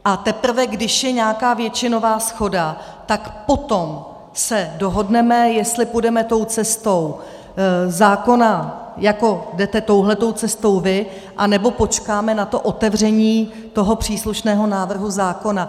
A teprve když je nějaká většinová shoda, tak potom se dohodneme, jestli půjdeme tou cestou zákona, jako jdete touhle tou cestou vy, anebo počkáme na otevření toho příslušného návrhu zákona.